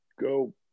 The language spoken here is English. go